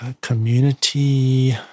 community